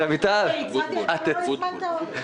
סליחה, רם, אני הצעתי, אתה לא הזמנת אותי.